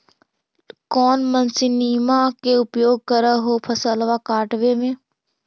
कौन मसिंनमा के उपयोग कर हो फसलबा काटबे में?